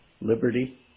liberty